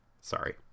Sorry